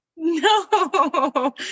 No